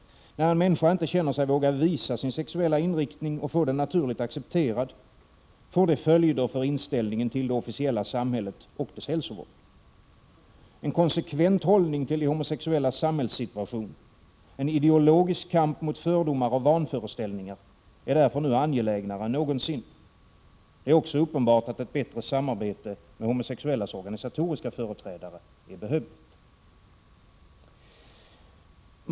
När en människa inte känner sig våga visa sin sexuella inriktning och få den naturligt accepterad, får det följder för inställningen till det officiella samhället och dess hälsovård. En konsekvent hållning till de homosexuellas samhällssituation, en ideologisk kamp mot fördomar och vanföreställningar är därför nu angelägnare än någonsin. Det är också uppenbart att ett bättre samarbete med de homosexuellas organisatoriska företrädare är behövligt. Herr talman!